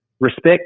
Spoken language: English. respect